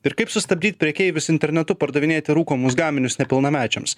ir kaip sustabdyt prekeivius internetu pardavinėti rūkomus gaminius nepilnamečiams